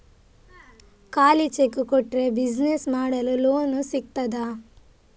ಖಾಲಿ ಚೆಕ್ ಕೊಟ್ರೆ ಬಿಸಿನೆಸ್ ಮಾಡಲು ಲೋನ್ ಸಿಗ್ತದಾ?